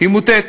היא מוטעית.